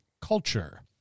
culture